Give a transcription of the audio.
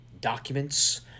documents